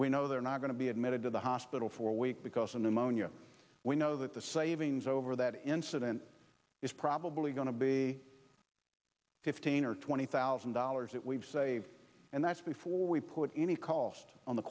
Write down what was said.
we know they're not going to be admitted to the hospital for a week because an ammonia we know that the savings over that incident is probably going to be fifteen or twenty thousand dollars that we've saved and that's before we put any cost on the